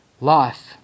life